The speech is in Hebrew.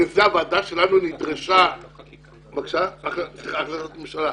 לזה הוועדה שלנו נדרשה --- זו החלטת ממשלה,